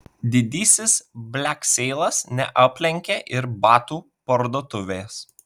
didysis blekseilas neaplenkė ir batų parduotuvės